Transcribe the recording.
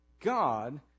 God